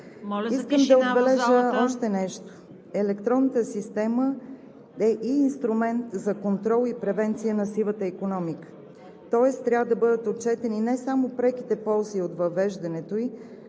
Искам да отбележа още нещо: електронната система е и инструмент за контрол и превенция на сивата икономика. Тоест трябва да бъдат отчетени не само преките ползи от въвеждането ѝ,